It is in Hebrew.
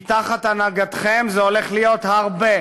כי תחת הנהגתכם זה הולך להיות הרבה,